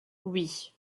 oui